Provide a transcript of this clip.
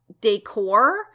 decor